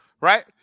right